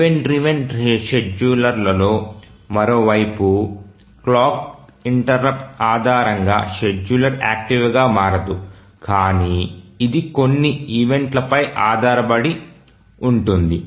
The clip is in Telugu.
ఈవెంట్ డ్రివెన్ షెడ్యూలర్లో మరోవైపు క్లాక్ ఇంటెర్రుప్ట్ ఆధారంగా షెడ్యూలర్ యాక్టివ్గా మారదు కానీ ఇది కొన్ని ఈవెంట్ లపై ఆధారపడి ఉంటుంది